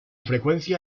frecuencia